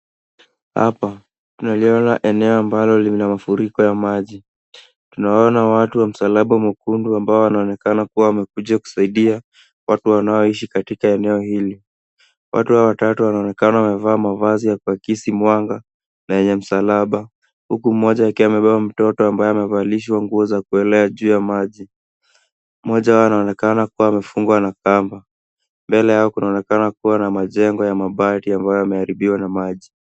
Hapa tunaliona eneo ambalo lina mafuriko ya maji. Tunawaona watu wa msalaba mwekundu ambao wanaonekana kuwa wamekuja kusaidia watu wanaoishi katika eneo hili. Watu hawa watatu wanaonekana wamevaa mavazi ya kuakisi mwanga na yenye msalaba, huku mmoja akiwa amebeba mtoto ambaye amevalishwa nguo za kuelea juu ya maji. Mmoja wao anaonekana kuwa amefungwa na kamba. Mbele yao kunaonekana kuwa na majengo ya mabati ambayo yameharibiwa na maji.